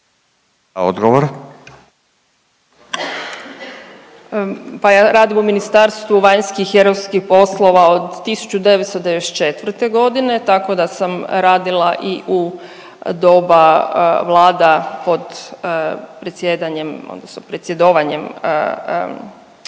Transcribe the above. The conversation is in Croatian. Andreja** Pa ja radim u Ministarstvu vanjskih i europskih poslova od 1994. g., tako da sam radila u doba vlada pod predsjedanjem odnosno